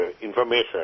information